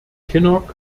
kinnock